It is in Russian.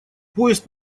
поезд